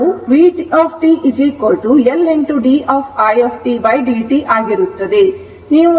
ಆದ್ದರಿಂದ ಅದು vt L d i t